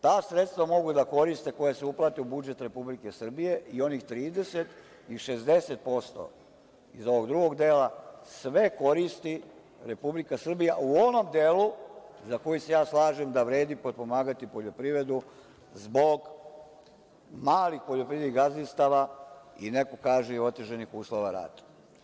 Ta sredstva mogu da koriste koja se uplate u budžet Republike Srbije i onih 30% i 60% iz ovog drugog dela sve koristi Republika Srbija u onom delu za koji se ja slažem da vredi potpomagati poljoprivredu zbog malih poljoprivrednih gazdinstava i neko kaže i otežanih uslova rada.